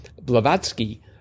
Blavatsky